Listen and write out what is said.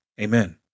Amen